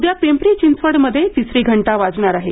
उद्या पिंपरी चिंचवड मध्ये तिसरी घंटा वाजणार आहे